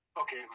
okay